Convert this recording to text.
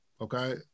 okay